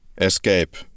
escape